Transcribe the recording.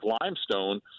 limestone